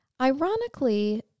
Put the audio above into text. Ironically